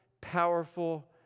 powerful